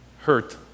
hurt